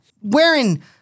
wearing